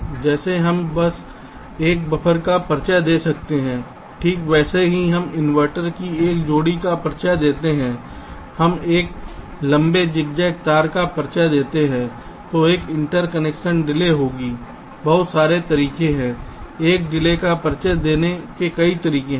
जैसे हम बस एक बफ़र का परिचय दे सकते हैं ठीक वैसे ही हम इनवर्टर की एक जोड़ी का परिचय देते हैं हम एक लंबे ज़िगज़ैग तार का परिचय देते हैं जो एक इंटरकनेक्शन डिले होगी बहुत सारे तरीके हैं एक डिले का परिचय देने के कई तरीके